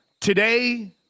today